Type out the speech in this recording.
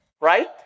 Right